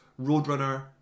Roadrunner